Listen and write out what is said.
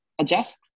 adjust